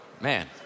man